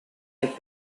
have